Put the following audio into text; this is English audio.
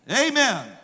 amen